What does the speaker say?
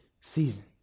season